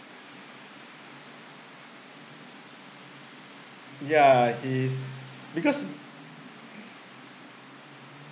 ya is because